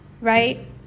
Right